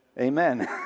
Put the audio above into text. Amen